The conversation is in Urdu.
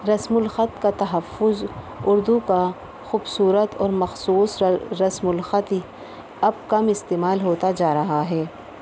رسم الخط کا تحفظ اردو کا خوبصورت اور مخصوص رسم الخط اب کم استعمال ہوتا جا رہا ہے